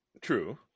True